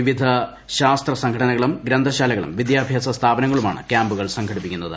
വിവിധ ശാസത്ര സംഘടനകളും ഗ്രന്ഥശാലകളും വിദ്യാഭ്യാസ സ്ഥാപനങ്ങളുമാണ് ക്യാമ്പുകൾ സംഘടിപ്പിക്കന്നത്